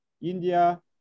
India